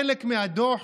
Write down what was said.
חלק מהדוח